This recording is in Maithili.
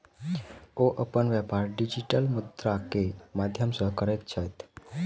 ओ अपन व्यापार डिजिटल मुद्रा के माध्यम सॅ करैत छथि